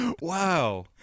Wow